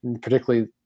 particularly